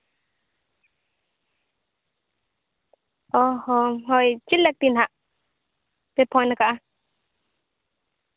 ᱚ ᱦᱚ ᱦᱳᱭ ᱪᱮᱫ ᱞᱟᱹᱠᱛᱤ ᱱᱟᱜ ᱯᱮ ᱯᱷᱳᱱ ᱠᱟᱜᱼᱟ